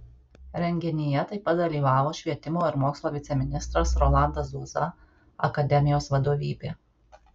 renginyje taip pat dalyvavo švietimo ir mokslo viceministras rolandas zuoza akademijos vadovybė